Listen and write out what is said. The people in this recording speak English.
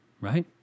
Right